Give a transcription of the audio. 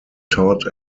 todd